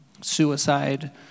suicide